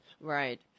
Right